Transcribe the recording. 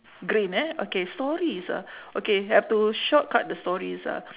green eh okay stories ah have to shortcut the stories ah